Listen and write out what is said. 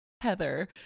Heather